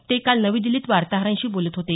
ते काल नवी दिल्लीत वार्ताहरांशी बोलत होते